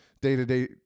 day-to-day